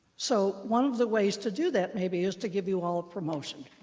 so one of the ways to do that, maybe, is to give you all a promotion.